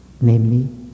namely